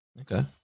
Okay